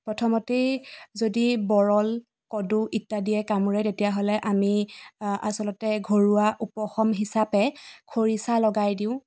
প্ৰথমতেই যদি বৰল কদো ইত্যাদিয়ে কামুৰে তেতিয়াহ'লে আমি আচলতে ঘৰুৱা উপশম হিচাপে খৰিচা লগাই দিওঁ